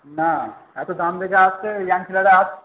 না এত দাম দেখে আসছে ইয়ং ছেলেরা